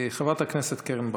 חברת הכנסת קרן ברק.